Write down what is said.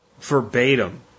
verbatim